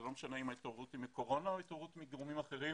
לא משנה אם ההתעוררות היא בגלל הקורונה או בגלל גורמים אחרים.